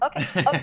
Okay